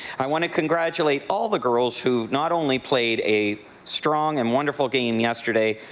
i want to congratulate all the girls who not only played a strong and wonderful game yesterday,